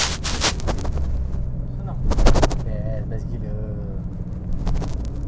so like for example lah eh as easy as but luckily I can control myself